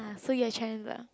so you are Chandler